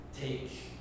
take